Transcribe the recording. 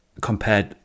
Compared